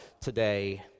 today